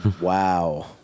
Wow